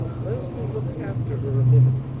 leslie looked after her a minute,